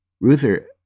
Ruther